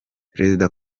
perezida